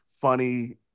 funny